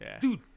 dude